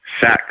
sex